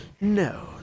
No